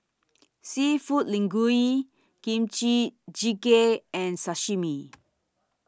Seafood Linguine Kimchi Jjigae and Sashimi